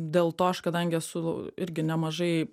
dėl to aš kadangi esu irgi nemažai